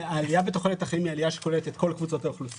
העלייה בתוחלת החיים היא עלייה שקולטת את כל קבוצות האוכלוסייה.